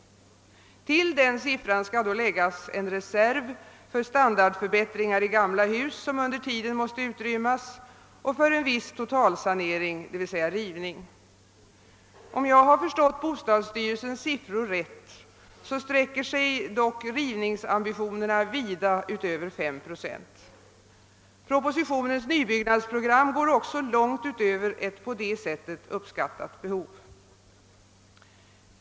Till den siffran skall då läggas en reserv för standardförbättringar i gamla hus, som under tiden måste utrymmas, samt för en viss totalsanering, d.v.s. rivning. Om jag har förstått bostadsstyrelsens siffror rätt, sträcker sig dock rivningsambitionerna vida utöver 5 procent. Propositionens nybyggnadsprogram går också långt utöver ett på det sättet uppskattat behov.